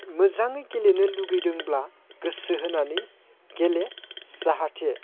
मोजाङै गेलेनो लुबैदोंब्ला गोसो होनानै गेले जाहाथे